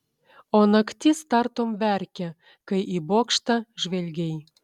o naktis tartum verkė kai į bokštą žvelgei